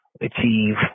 achieve